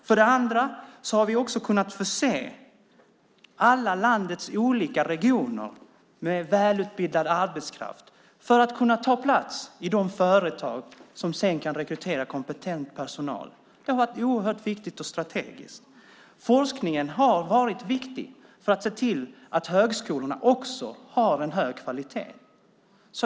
För det andra har vi också kunnat förse landets alla olika regioner med välutbildad arbetskraft för att kunna ta plats i de företag som sedan kan rekrytera kompetent personal. Det har varit oerhört viktigt och strategiskt. Forskningen har varit viktig för att se till att högskolorna också har en hög kvalitet.